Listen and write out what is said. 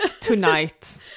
tonight